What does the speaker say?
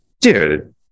dude